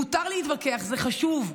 מותר להתווכח, זה חשוב.